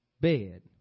bed